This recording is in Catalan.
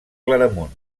claramunt